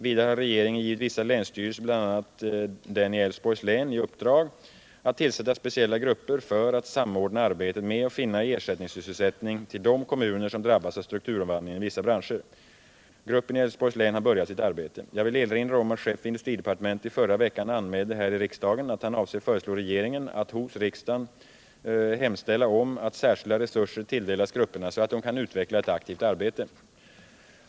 Vidare har regeringen givit vissa länsstyrelser, bl.a. den i Älvsborgs län, i uppdrag att tillsätta speciella grupper för att samordna arbetet med att finna ersättningssysselsättning till de kommuner som drabbas av strukturomvandlingen i vissa branscher. Gruppen i Älvsborgs län har börjat sitt arbete. Jag vill erinra om att chefen för industridepartementet i förra veckan anmälde här i riksdagen att han avser föreslå regeringen att hos riksdagen hemställa om att särskilda resurser tilldelas grupperna så att de kan utveckla ett aktivt arbete.